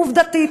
עובדתית,